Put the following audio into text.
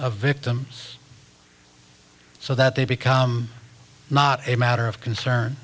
of victims so that they become not a matter of concern